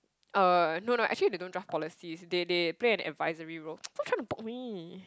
uh no no actually they don't draft policies they they play an advisory role stop trying to poke me